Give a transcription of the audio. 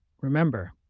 Remember